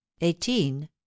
eighteen